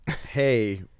hey